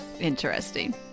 interesting